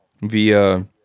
via